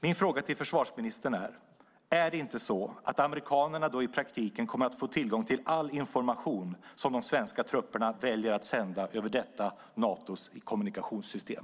Är det inte så, försvarsministern, att amerikanerna därmed i praktiken kommer att få tillgång till all information som de svenska trupperna väljer att sända över detta Natos kommunikationssystem?